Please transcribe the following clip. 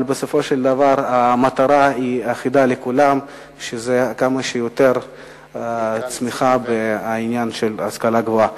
אבל בסופו של דבר המטרה אחידה אצל כולם: כמה שיותר צמיחה בהשכלה הגבוהה.